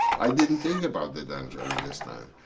i didn't think about the danger in this time.